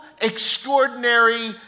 extraordinary